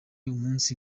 umunsi